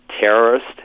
terrorist